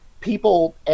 People